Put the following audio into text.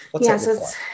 yes